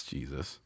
Jesus